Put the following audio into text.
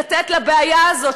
לתת לבעיה הזאת,